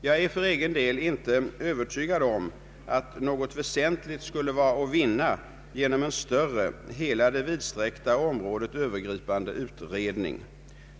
Jag är för egen del inte övertygad om att något väsentligt skulle vara att vinna genom en större hela det vidsträckta området övergripande utredning.